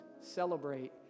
celebrate